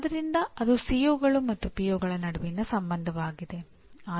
ಆದ್ದರಿಂದ ಅದು ಸಿಒಗಳು ನಡುವಿನ ಸಂಬಂಧವಾಗಿದೆ